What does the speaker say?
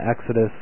Exodus